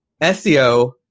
SEO